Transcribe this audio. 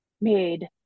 made